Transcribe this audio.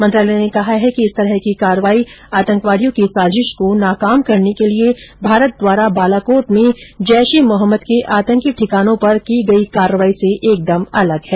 मंत्रालय ने कहा है कि इस तरह की कार्रवाई आतंकवादियों की साजिश को नाकाम करने के लिए भारत द्वारा बालाकोट में जैश ए मोहम्मद के आतंकी ठिकानों पर की गई कार्रवाई से एकदम अलग है